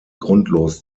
grundlos